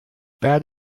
bad